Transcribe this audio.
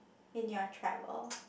in your travels